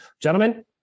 Gentlemen